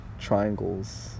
triangles